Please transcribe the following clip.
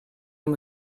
him